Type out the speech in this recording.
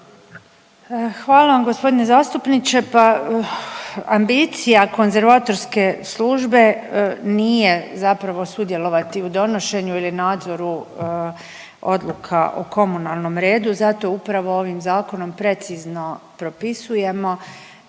Hvala vam g. zastupniče. Pa ambicija konzervatorske službe nije zapravo sudjelovati u donošenju ili nadzoru odluka o komunalnom redu. Zato upravo ovim zakonom precizno propisujemo